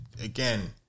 again